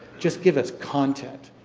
just give us content.